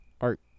Art